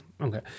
okay